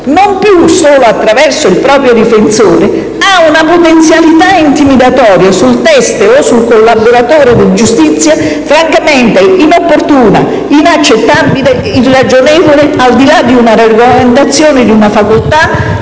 non più solo attraverso il proprio difensore, ha una potenzialità intimidatoria sul teste o sul collaboratore di giustizia inopportuna, inaccettabile, irragionevole, al di là di una regolamentazione di una facoltà,